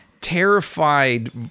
terrified